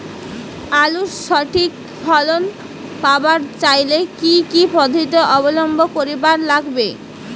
আলুর সঠিক ফলন পাবার চাইলে কি কি পদ্ধতি অবলম্বন করিবার লাগবে?